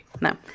No